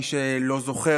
מי שלא זוכר,